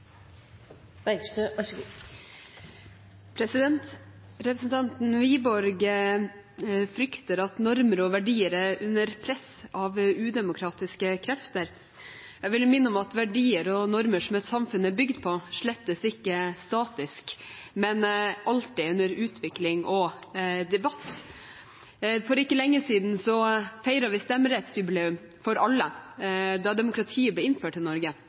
udemokratiske krefter. Jeg vil minne om at verdier og normer som et samfunn er bygd på, slett ikke er statisk, men alltid under utvikling og debatt. For ikke lenge siden feiret vi stemmerettsjubileum – for alle, da demokratiet ble innført i Norge,